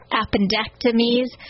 appendectomies